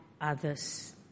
others